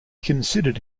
considered